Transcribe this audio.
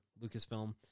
Lucasfilm